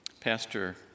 Pastor